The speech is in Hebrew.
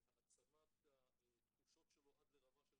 העצמת התחושות שלו עד לרמה של